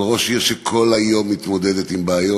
אבל ראש שכל היום מתמודדת עם בעיות.